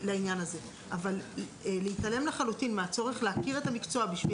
אבל להתעלם לחלוטין מהצורך להכיר את המקצוע כדי